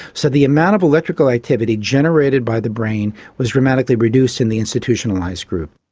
so the amount of electrical activity generated by the brain was dramatically reduced in the institutionalised group.